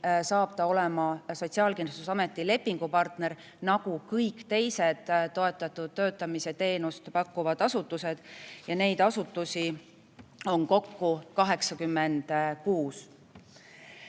asutusest] Sotsiaalkindlustusameti lepingupartner, nagu kõik teised toetatud töötamise teenust pakkuvad asutused. Neid asutusi on kokku 86.